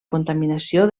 contaminació